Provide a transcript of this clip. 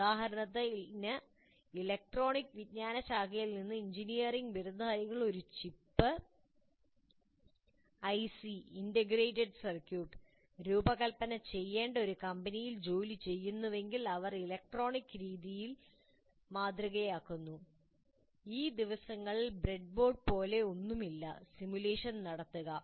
ഉദാഹരണത്തിന് ഇലക്ട്രോണിക് വിജ്ഞാനശാഖയിൽ നിന്ന് എഞ്ചിനീയറിംഗ് ബിരുദധാരികൾ ഒരു ചിപ്പ് ഐസി ഇന്റഗ്രേറ്റഡ് സർക്യൂട്ട് രൂപകൽപ്പന ചെയ്യേണ്ട ഒരു കമ്പനിയിൽ ജോലിചെയ്യുന്നുവെങ്കിൽ അവർ ഇലക്ട്രോണിക് രീതിയിൽ മാതൃകയാക്കുന്നു ഈ ദിവസങ്ങളിൽ ബ്രെഡ്ബോർഡ് പോലെ ഒന്നുമില്ല സിമുലേഷൻ നടത്തുക